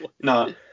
No